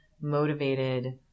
motivated